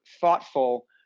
thoughtful